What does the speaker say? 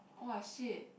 !wah! shit